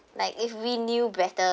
like if we knew bette~